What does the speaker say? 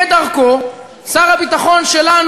כדרכו,